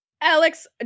Alex